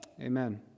amen